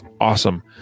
awesome